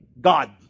God